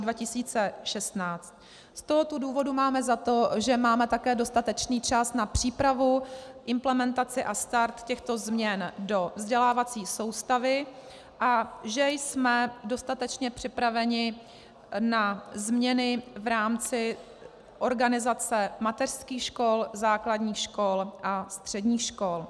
Z tohoto důvodu máme za to, že máme také dostatečný čas na přípravu, implementaci a start těchto změn do vzdělávací soustavy a že jsme dostatečně připraveni na změny v rámci organizace mateřských škol, základních škol a středních škol.